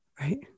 Right